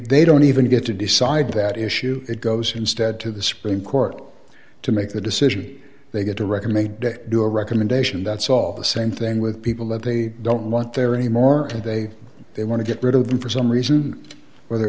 they don't even get to decide that issue it goes instead to the supreme court to make the decision they get a record made to do a recommendation that's all the same thing with people that they don't want there anymore today they want to get rid of them for some reason whether